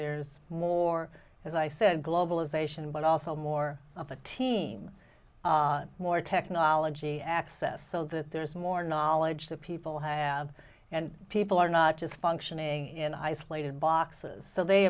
there's more as i said globalization but also more of a team more technology access so that there's more knowledge that people have and people are not just functioning in isolated boxes so they